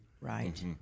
Right